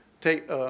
take